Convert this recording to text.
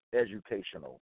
educational